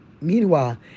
Meanwhile